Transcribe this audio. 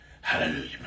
Hallelujah